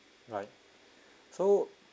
right so